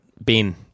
Ben